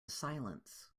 silence